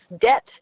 debt